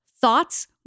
Thoughts